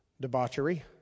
debauchery